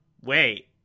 wait